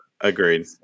agreed